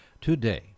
today